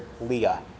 Leah